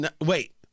Wait